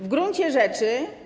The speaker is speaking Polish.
W gruncie rzeczy.